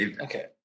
Okay